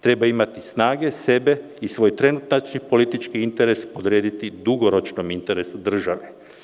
Treba imati snage sebe i svoj trenutačni politički interes odrediti dugoročnom interesu države.